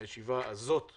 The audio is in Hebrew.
הישיבה הזאת נעולה.